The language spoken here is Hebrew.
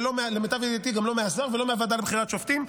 ולמיטב ידיעתי גם לא מהשר ולא מהוועדה לבחירת שופטים.